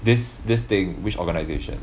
this this thing which organisation